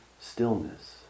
stillness